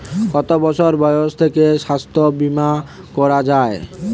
কত বছর বয়স থেকে স্বাস্থ্যবীমা করা য়ায়?